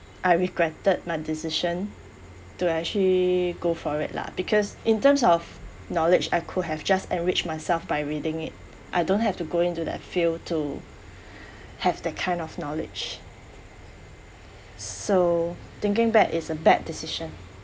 I regretted my decision to actually go for it lah because in terms of knowledge I could have just enriched myself by reading it I don't have to go into that field to have that kind of knowledge so thinking back it's a bad decision